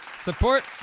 support